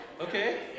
okay